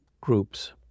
groups